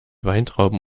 weintrauben